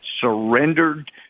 surrendered